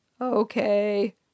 Okay